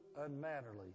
unmannerly